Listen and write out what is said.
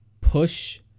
push